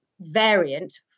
variant